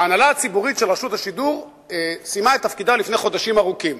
ההנהלה הציבורית של רשות השידור סיימה את תפקידה לפני חודשים ארוכים,